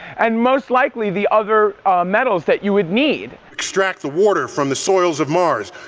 and most likely the other metals that you would need. extract the water from the soils of mars.